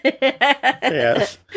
Yes